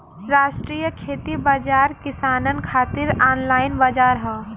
राष्ट्रीय खेती बाजार किसानन खातिर ऑनलाइन बजार हौ